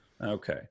Okay